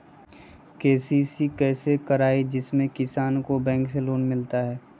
KCC कैसे कराये जिसमे किसान को बैंक से लोन मिलता है?